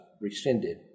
rescinded